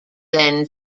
then